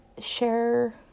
share